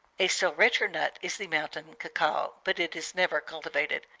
a still richer nut is the mountain cacao, but it is never cultivated.